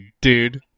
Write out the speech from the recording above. dude